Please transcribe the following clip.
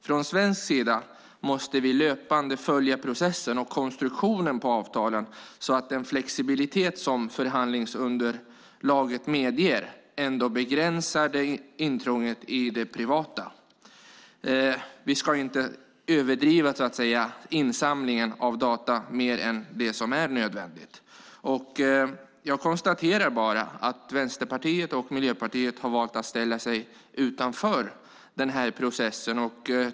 Från svensk sida måste vi löpande följa processen och konstruktionen på avtalen så att den flexibilitet som förhandlingsunderlaget ändå medger begränsar intrånget i det privata. Vi ska inte överdriva insamlingen av data och samla in mer än nödvändigt. Jag konstaterar att Vänsterpartiet och Miljöpartiet har valt att ställa sig utanför den här processen.